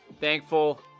thankful